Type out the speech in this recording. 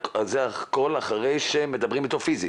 זה אחרי שמדברים איתו פיזית,